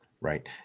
Right